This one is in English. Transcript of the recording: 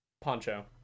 Poncho